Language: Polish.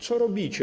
Co robicie?